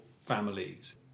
families